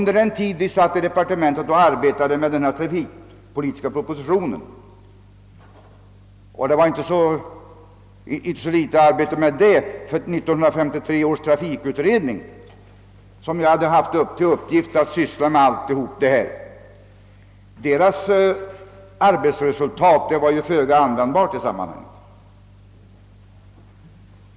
Det arbete vi i departementet lade ned på propositionen rörande trafikpolitiken var inie så litet, ty arbetsresultatet från 1953 års trafikutredning, vilken hade haft till uppgift att syssla med dessa frågor, var föga användbart i sammanhanget.